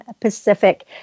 Pacific